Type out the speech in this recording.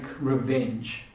revenge